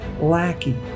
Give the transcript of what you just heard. lackey